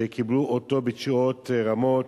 שקיבלו אותו בתשואות רמות.